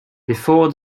before